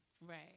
right